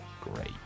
great